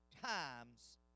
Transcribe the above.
times